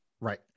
right